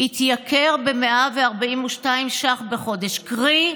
יתייקר ב-142 שקלים בחודש, קרי,